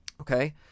Okay